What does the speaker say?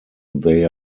they